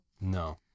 No